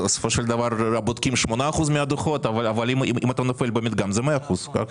בסופו של דבר בודקים 8% מהדוחות אבל אם אתה נופל במדגם זה 100%. נכון.